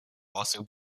also